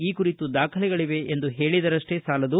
ಈ ಕುರಿತು ದಾಖಲೆಗಳಿವೆ ಎಂದು ಹೇಳಿದರಷ್ಟ ಸಾಲದು